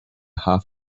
half